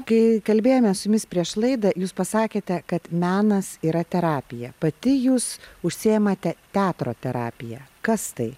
kai kalbėjome su jumis prieš laidą jūs pasakėte kad menas yra terapija pati jūs užsiimate teatro terapija kas tai